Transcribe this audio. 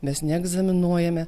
mes neegzaminuojame